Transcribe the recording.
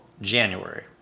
January